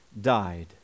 died